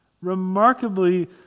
remarkably